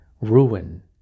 ruin